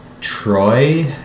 troy